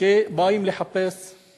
שבאים לחפש בו,